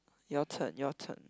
your turn your turn